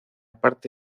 parte